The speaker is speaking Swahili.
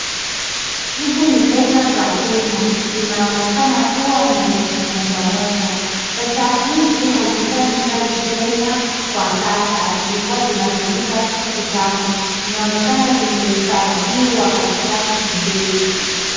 Hizi ni pesa za Kenya zinaonekana kuwa ni elfu moja moja. Pesa hizi hazifanyi kazi Kenya kwa sasa, zilikua zinatumika tu kitambo, inaonekana zimehifadhiwa katika kibeti.